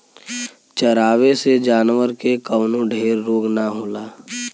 चरावे से जानवर के कवनो ढेर रोग ना होला